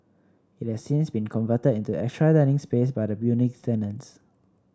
it has since been converted into extra dining space by the building's tenants